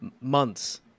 months